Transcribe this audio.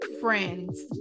friends